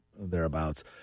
thereabouts